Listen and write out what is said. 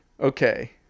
okay